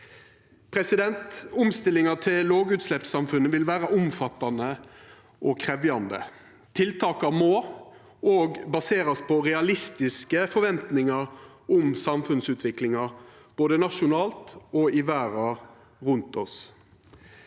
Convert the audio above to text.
mot 2035. Omstillinga til lågutsleppssamfunnet vil vera omfattande og krevjande. Tiltaka må òg baserast på realistiske forventningar om samfunnsutviklinga, både nasjonalt og i verda rundt oss.